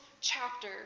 chapter